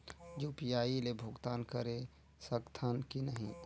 UPI ले भुगतान करे सकथन कि नहीं?